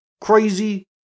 crazy